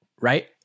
right